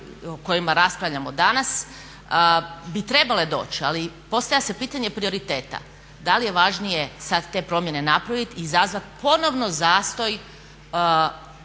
kojima raspravljamo danas bi trebale doći ali postavlja se pitanje prioriteta da li je važnije sada te promjene napraviti, izazvati ponovno zastoj